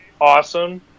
awesome